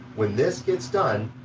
when this gets done,